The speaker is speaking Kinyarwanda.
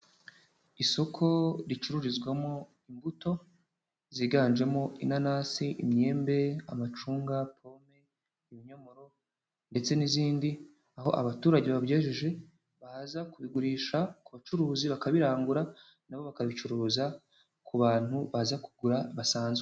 Isoko ricururizwamo imbuto ziganjemo inanasi, imyembe, amacunga, pome, ibinyomoro ndetse n'izindi, aho abaturage babyejeje baza kubigurisha ku bacuruzi bakabirangura na bo bakabicuruza ku bantu baza kugura basanzwe.